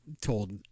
told